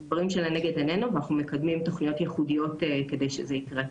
אלה דברים שלנגד עינינו ואנחנו מקדמים תכניות ייחודיות כדי שזה יקרה.